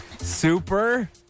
Super